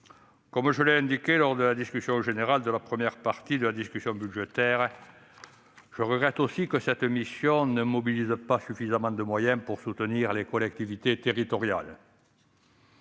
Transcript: Comme je l'ai déjà indiqué lors de la discussion générale sur la première partie du projet de loi de finances, je déplore que cette mission ne mobilise pas suffisamment de moyens pour soutenir les collectivités territoriales,